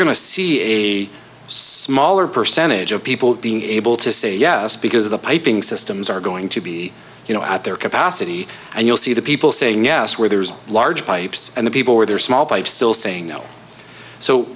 to see a smaller percentage of people being able to say yes because the piping systems are going to be you know at their capacity and you'll see the people saying yes where there's large pipes and the people with their small pipes still saying no so